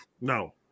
no